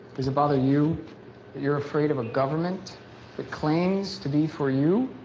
does it bother you that you're afraid of a government that claims to be for you?